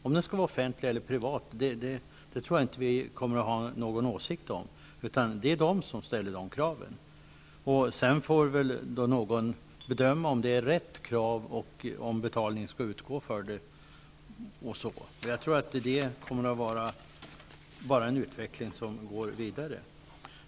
Om det skall vara offentligt eller privat tror jag inte att vi kommer att ha någon åsikt om, utan det är läkarna och patienterna som ställer krav i det avseendet. Sedan får väl någon bedöma om kraven är rättmätiga och om betalning skall utgå. Jag tror att den utvecklingen kommer att gå vidare.